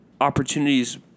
opportunities